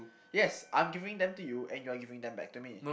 yes I'm giving them to you and you're giving them back to me